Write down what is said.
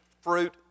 fruit